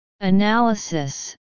Analysis